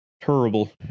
terrible